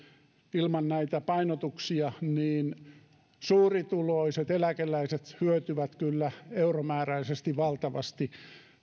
ilman näitä painotuksia niin suurituloiset eläkeläiset hyötyvät kyllä euromääräisesti valtavasti